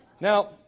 Now